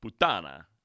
putana